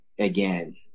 Again